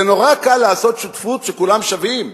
זה נורא קל לעשות שותפות כשכולם שווים.